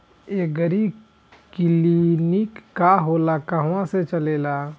एगरी clinic का होला कहवा से चलेँला?